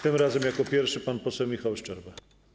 Tym razem jako pierwszy pan poseł Michał Szczerba.